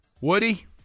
Woody